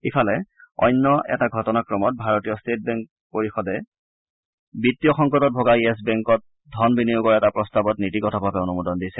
ইফালে অন্য এটা ঘটনাক্ৰমত ভাৰতীয় ট্টেট বেংকৰ পৰিষদে বিত্তীয় সংকটত ভোগা য়েছ বেংকত ধন বিনিয়োগৰ এটা প্ৰস্তাৱত নীতিগতভাৱে অনুমোদন দিছে